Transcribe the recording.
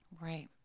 Right